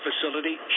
facility